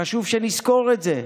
חשוב שנזכור את זה.